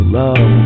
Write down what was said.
love